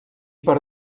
per